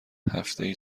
هفتهای